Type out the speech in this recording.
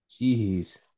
Jeez